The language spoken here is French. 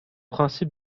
principes